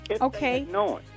Okay